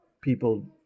people